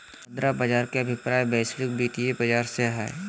मुद्रा बाज़ार के अभिप्राय वैश्विक वित्तीय बाज़ार से हइ